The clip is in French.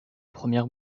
première